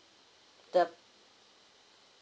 the